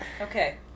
Okay